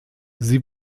sie